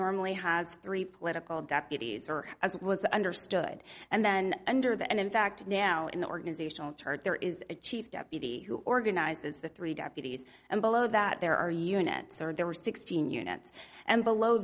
normally has three political deputies or as it was understood and then under the and in fact now in the organizational chart there is a chief deputy who organizes the three deputies and below that there are units or there were sixteen units and below